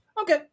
Okay